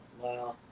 Wow